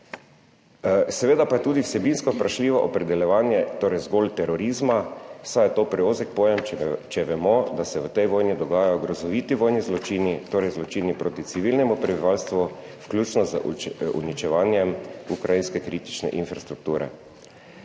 Seveda pa je tudi vsebinsko vprašljivo opredeljevanje torej zgolj terorizma, saj je to preozek pojem, če vemo, da se v tej vojni dogajajo grozoviti vojni zločini, torej zločini proti civilnemu prebivalstvu, vključno z uničevanjem ukrajinske kritične infrastrukture.